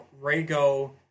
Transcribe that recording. Rago